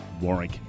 Warwick